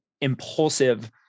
impulsive